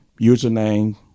Username